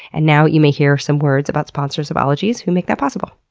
and now you may hear some words about sponsors of ologies who make that possible.